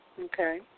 Okay